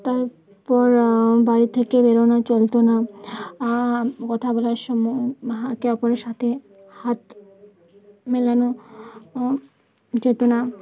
তারপর বাড়ি থেকে বেরোনো চলতো না কথা বলার সময় একে অপরের সাথে হাত মেলানো যেত না